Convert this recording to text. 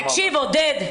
תקשיב, עודד.